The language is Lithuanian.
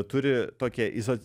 turi tokią izo